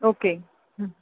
okay